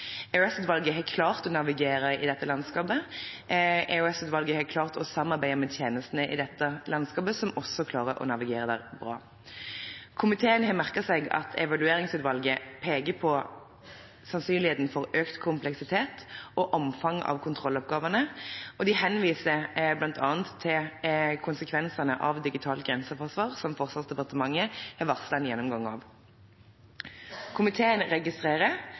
EOS-utvalget har klart å navigere i dette landskapet. EOS-utvalget har klart å samarbeide med tjenestene i dette landskapet, som også der klarer å navigere bra. Komiteen har merket seg at Evalueringsutvalget peker på sannsynligheten for økt kompleksitet og økt omfang på kontrolloppgavene, og de henviser bl.a. til konsekvensene av digitalt grenseforsvar, som Forsvarsdepartementet har varslet en gjennomgang av. Komiteen registrerer